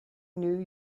new